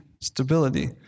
stability